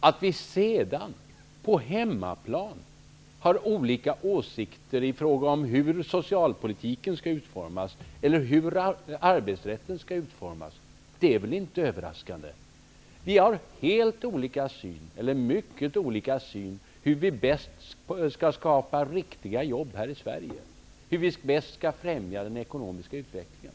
Att vi sedan på hemmaplan har olika åsikter i fråga om hur socialpolitiken eller arbetsrätten skall utformas är väl inte överraskande. Vi har mycket olika syn på hur vi bäst skall skapa riktiga jobb här i Sverige och hur vi bäst skall främja den ekonomiska utvecklingen.